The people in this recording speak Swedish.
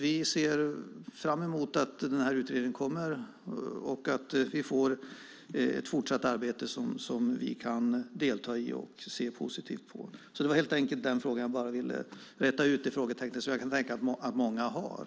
Vi ser fram emot att utredningen kommer och att vi får ett fortsatt arbete som vi kan delta i och se positivt på. Jag ville säga detta för att räta ut det frågetecken som jag kan tänka mig att många har.